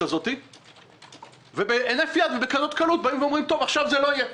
הזאת ובהינף יד ובכזאת קלות אומרים שעכשיו זה לא יהיה.